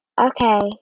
okay